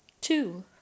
two